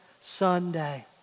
Sunday